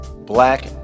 black